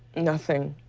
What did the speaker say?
nothing.